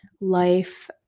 life